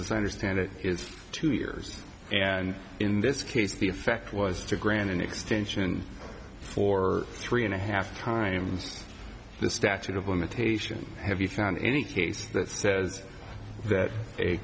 as i understand it is two years and in this case the effect was to grant an extension for three and a half times the statute of limitations have you found any case that says that a